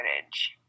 footage